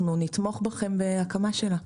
אנחנו נתמוך בכם בהקמה שלה.